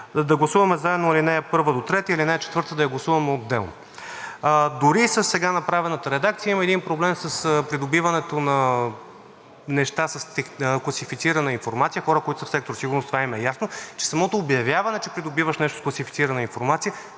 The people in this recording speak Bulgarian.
да гласуваме заедно ал. 1 до 3 и ал. 4 да я гласуваме отделно. Дори със сега направената редакция има един проблем с придобиването на неща с класифицирана информация – на хора, които са в сектор „Сигурност“, това им е ясно – че самото обявяване, че придобиваш нещо с класифицирана информация,